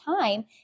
time